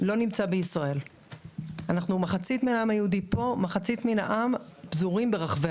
כי אני חושבת שהוא רלוונטי היום כפי שהוא היה רלוונטי